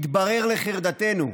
מתברר לחרדתנו,